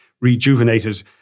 rejuvenated